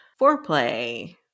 foreplay